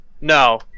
No